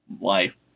life